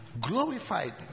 glorified